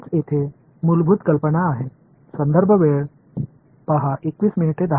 இதுதான் இங்கே அடிப்படை கருத்து